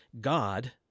God